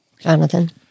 Jonathan